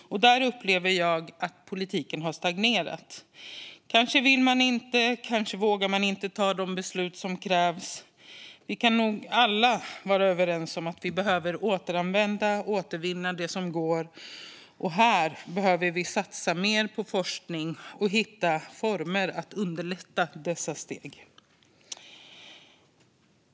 Där upplever jag att politiken har stagnerat. Kanske vill man inte, eller vågar inte, ta de beslut som krävs. Vi kan nog alla vara överens om att vi behöver återanvända och återvinna det som går. Här behöver vi satsa mer på forskning och hitta former för att underlätta dessa steg.